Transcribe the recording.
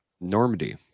Normandy